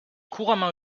couramment